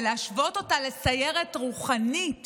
ולהשוות אותה לסיירת רוחנית